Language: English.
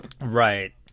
Right